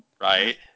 Right